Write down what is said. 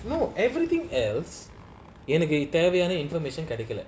you know everything else எனக்குதேவையான:enaku thevayana information கிடைக்கல:kidaikala